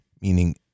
meaning